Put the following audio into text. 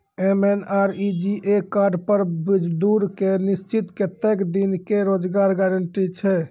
MNREGA card पर मजदुर के निश्चित कत्तेक दिन के रोजगार गारंटी छै?